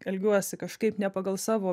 elgiuosi kažkaip ne pagal savo